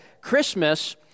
Christmas